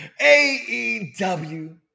AEW